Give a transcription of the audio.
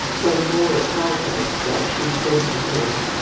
when moore tells us that she said to him,